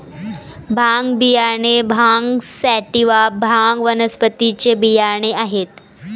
भांग बियाणे भांग सॅटिवा, भांग वनस्पतीचे बियाणे आहेत